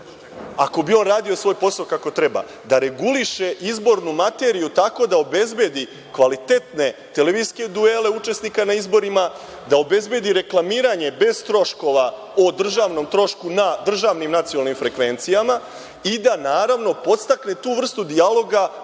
ako bi on radio svoj posao kako treba, da reguliše izbornu materiju tako da obezbedi kvalitetne televizijske duele učesnika na izborima, da obezbedi reklamiranje bez troškova, o državnom trošku na državnim nacionalnim frekvencijama i da podstakne tu vrstu dijaloga,